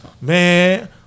man